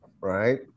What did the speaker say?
right